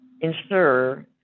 ensure